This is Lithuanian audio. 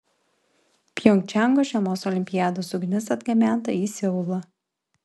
pjongčango žiemos olimpiados ugnis atgabenta į seulą